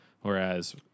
Whereas